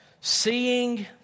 Seeing